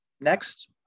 Next